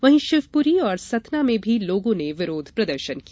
वहीं शिवपुरी और सतना में भी लोगों ने विरोध प्रदर्शन किया